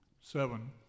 Seven